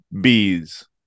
bees